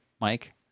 Mike